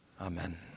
Amen